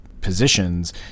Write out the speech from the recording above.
positions